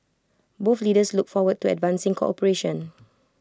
both leaders look forward to advancing cooperation